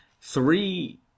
Three